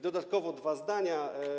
Dodatkowo dwa zdania.